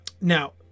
Now